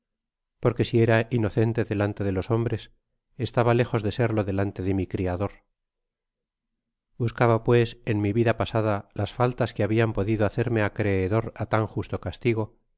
porque si era inocente delante de los hombres estaba lejos de serlo delante de mi criador buscaba pues en mi vida pasada las faltas que habian podido hacerme acreedor a tan justo castigo